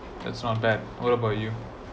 that's not bad what about you